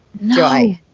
no